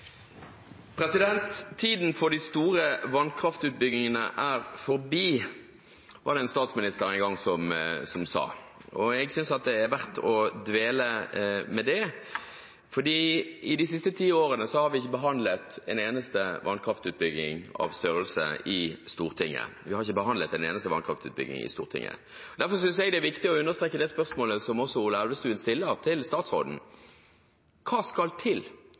Otta. Tiden for de store vannkraftutbyggingene er forbi, var det en statsminister en gang som sa. Jeg synes det er verdt å dvele ved det, for de siste ti årene har vi ikke behandlet en eneste vannkraftutbygging i Stortinget. Derfor synes jeg det er viktig å understreke det spørsmålet som også Ola Elvestuen stilte til statsråden: Hva skal til